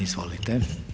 Izvolite.